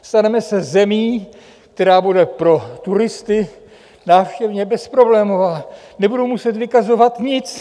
Staneme se zemí, která bude pro turisty návštěvně bezproblémová, nebudou muset vykazovat nic.